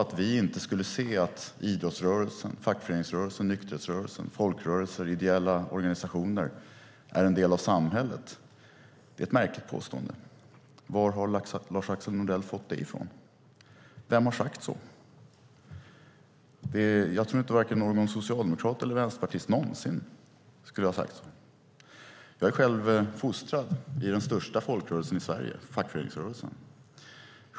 Att vi inte skulle se idrottsrörelsen, fackföreningsrörelsen, nykterhetsrörelsen, folkrörelser och ideella organisationer som en del av samhället är ett märkligt påstående. Varifrån har Lars-Axel Nordell fått det? Vem har sagt så? Jag tror inte att vare sig någon socialdemokrat eller någon vänsterpartist någonsin skulle ha sagt så. Jag är själv fostrad i den största folkrörelsen i Sverige, fackföreningsrörelsen.